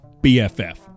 BFF